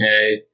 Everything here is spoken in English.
okay